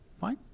Fine